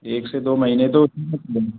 एक से दो महीने तो